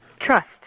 trust